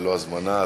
ללא הזמנה,